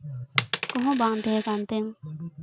ᱠᱚᱦᱚᱸ ᱵᱟᱝ ᱛᱟᱦᱮᱸ ᱠᱟᱱᱛᱮ